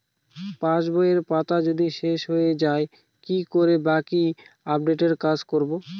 পাসবইয়ের পাতা যদি শেষ হয়ে য়ায় কি করে বাকী আপডেটের কাজ করব?